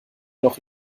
noch